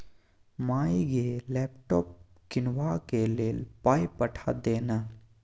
माय गे लैपटॉप कीनबाक लेल पाय पठा दे न